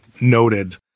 noted